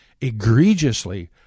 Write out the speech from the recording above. egregiously